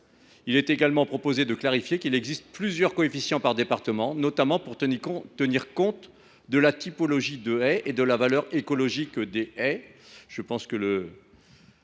également préciser qu’il existe plusieurs coefficients par département, notamment pour tenir compte de la typologie des haies et de la valeur écologique de ces